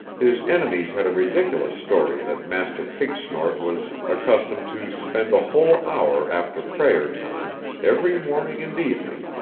his enemies had a ridiculous story that master pigsnort was accustomed to spend a whole hour after prayer time, every morning and evening,